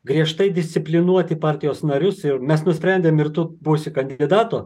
griežtai disciplinuoti partijos narius ir mes nusprendėm ir tu būsi kandidatu